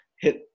hit